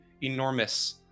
enormous